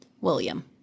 William